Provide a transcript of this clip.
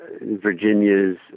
Virginia's